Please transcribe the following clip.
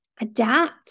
adapt